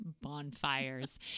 bonfires